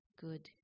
good